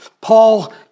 Paul